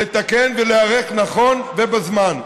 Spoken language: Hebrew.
לתקן ולהיערך נכון ובזמן.